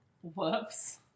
Whoops